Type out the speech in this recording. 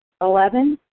Eleven